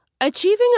Achieving